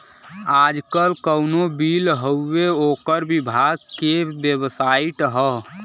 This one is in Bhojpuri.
आजकल कउनो बिल हउवे ओकर विभाग के बेबसाइट हौ